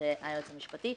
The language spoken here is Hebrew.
שזה היועץ המשפטי,